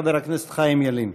חבר הכנסת חיים ילין.